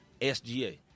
SGA